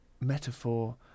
metaphor